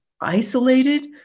isolated